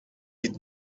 die